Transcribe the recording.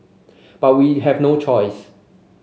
but we have no choice